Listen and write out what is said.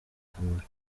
akamaro